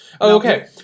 Okay